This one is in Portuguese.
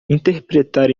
interpretar